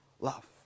love